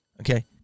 okay